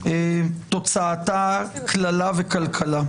תוצאתה קללה וקלקלה.